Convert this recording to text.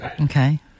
Okay